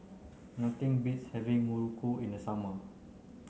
nothing beats having Muruku in the summer